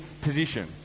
position